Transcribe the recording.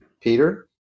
Peter